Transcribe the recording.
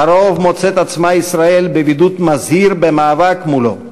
לרוב מוצאת עצמה ישראל בבידוד מזהיר במאבק מולו,